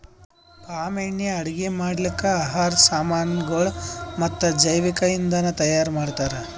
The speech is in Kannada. ಪಾಮ್ ಎಣ್ಣಿ ಅಡುಗಿ ಮಾಡ್ಲುಕ್, ಆಹಾರ್ ಸಾಮನಗೊಳ್ ಮತ್ತ ಜವಿಕ್ ಇಂಧನಗೊಳ್ ತೈಯಾರ್ ಮಾಡ್ತಾರ್